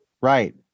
right